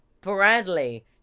Bradley